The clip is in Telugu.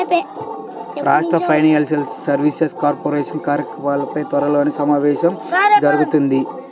రాష్ట్ర ఫైనాన్షియల్ సర్వీసెస్ కార్పొరేషన్ కార్యకలాపాలపై త్వరలో సమావేశం జరుగుతుంది